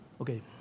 Okay